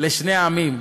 לשני עמים.